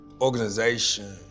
organization